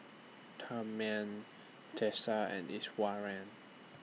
Tharman Teesta and Iswaran